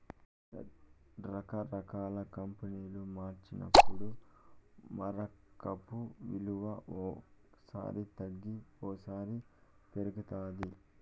రకరకాల కరెన్సీలు మార్చుకున్నప్పుడు మారకపు విలువ ఓ సారి తగ్గి ఓసారి పెరుగుతాది